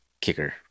kicker